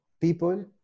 people